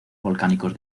volcánicos